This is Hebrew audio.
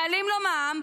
מעלים לו מע"מ,